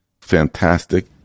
fantastic